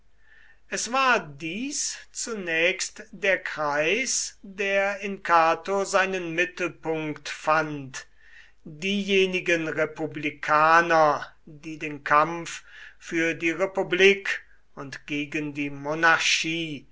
es war dies zunächst der kreis der in cato seinen mittelpunkt fand diejenigen republikaner die den kampf für die republik und gegen die monarchie